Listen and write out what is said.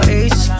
ace